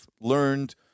learned